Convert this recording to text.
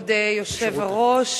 כבוד היושב-ראש,